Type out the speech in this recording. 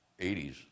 80s